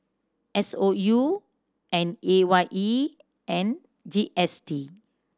S O U and A Y E and G S T